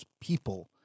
people